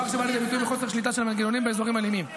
דבר שבא לידי ביטוי בחוסר שליטה של המנגנונים באזורים אלימים.